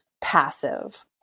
passive